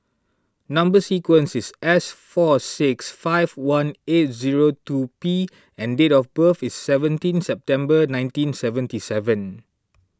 Number Sequence is S four six five one eight zero two P and date of birth is seventeen September nineteen seventy seven